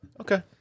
Okay